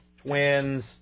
twins